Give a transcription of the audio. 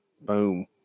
Boom